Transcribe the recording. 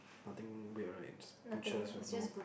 nothing weird right just butchers with no